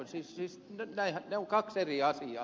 siis ne ovat kaksi eri asiaa